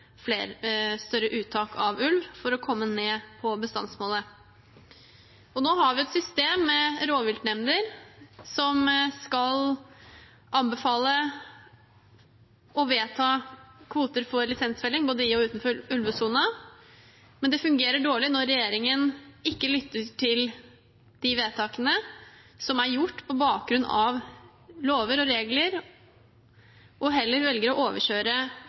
større uttak av ulv for å komme ned på bestandsmålet. Nå har vi et system med rovviltnemnder som skal anbefale og vedta kvoter for lisensfelling både i og utenfor ulvesonen, men det fungerer dårlig når regjeringen ikke lytter til de vedtakene som er gjort på bakgrunn av lover og regler, og heller velger å overkjøre